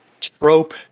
trope